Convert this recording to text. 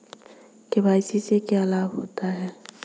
KYC से क्या लाभ होता है?